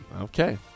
Okay